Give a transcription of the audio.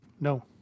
no